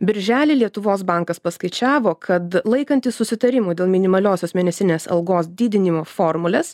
birželį lietuvos bankas paskaičiavo kad laikantis susitarimų dėl minimaliosios mėnesinės algos didinimo formulės